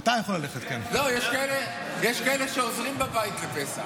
יש כאלה שעוזרים בבית לפסח.